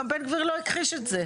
גם בן גביר לא הכחיש את זה.